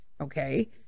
okay